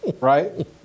right